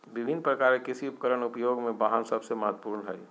विभिन्न प्रकार के कृषि उपकरण और उपयोग में वाहन सबसे महत्वपूर्ण हइ